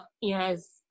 yes